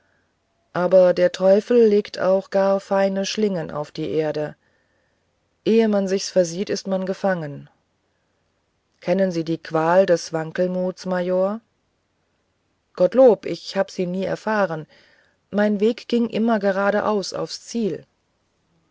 aber der teufel legt auch gar feine schlingen auf die erde ehe man sich versieht ist man gefangen kennen sie die qual des wankelmutes major gottlob ich habe sie nie erfahren mein weg ging immer geradeaus aufs ziel